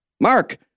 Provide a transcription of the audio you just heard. Mark